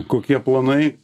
kokie planai